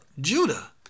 Judah